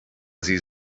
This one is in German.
sie